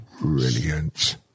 brilliant